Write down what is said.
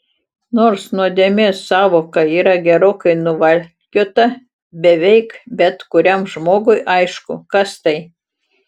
nors nuodėmės sąvoka yra gerokai nuvalkiota beveik bet kuriam žmogui aišku kas tai